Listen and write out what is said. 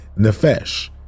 Nefesh